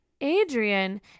adrian